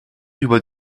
über